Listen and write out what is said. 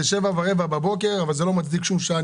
זה היה ב-7:15 בבוקר אבל זה לא מצדיק בשום שעה,